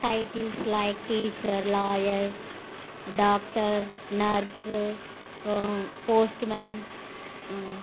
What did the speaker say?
titles like teacher lawyer doctor nurse postman